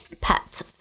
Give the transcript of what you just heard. pet